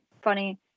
funny